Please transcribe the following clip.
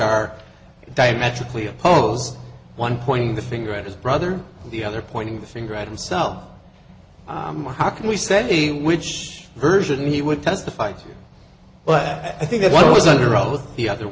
are diametrically opposed one pointing the finger at his brother the other pointing the finger at himself imo how can we say the which version he would testify to but i think that was under oath the other